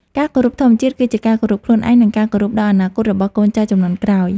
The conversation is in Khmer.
ការគោរពធម្មជាតិ គឺជាការគោរពខ្លួនឯង និងការគោរពដល់អនាគតរបស់កូនចៅជំនាន់ក្រោយ។